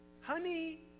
Honey